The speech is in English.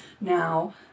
now